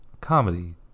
comedy